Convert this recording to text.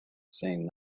saying